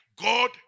God